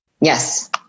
Yes